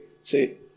say